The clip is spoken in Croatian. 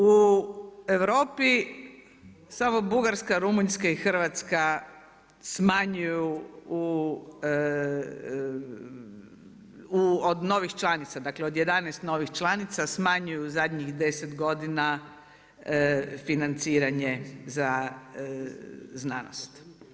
U Europi samo Bugarska, Rumunjska i Hrvatska smanjuju od novih članica, dakle od 11 novih članica smanjuju zadnjih deset godina financiranje za znanost.